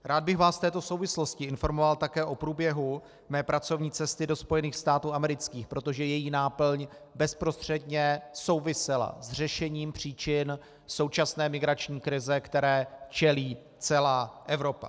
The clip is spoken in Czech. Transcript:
Rád bych vás v této souvislosti informoval také o průběhu své pracovní cesty do Spojených států amerických, protože její náplň bezprostředně souvisela s řešením příčin současné migrační krize, které čelí celá Evropa.